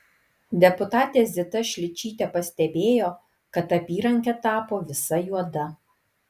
deputatė zita šličytė pastebėjo kad apyrankė tapo visa juoda